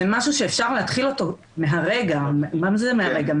זה משהו שאפשר להתחיל אותו מהרגע, מה זה מהרגע?